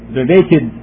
related